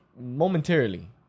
momentarily